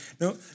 no